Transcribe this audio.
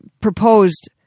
proposed